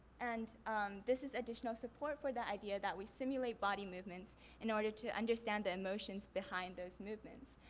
and this is additional support for the idea that we simulate body movements in order to understand the emotions behind those movements.